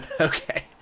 okay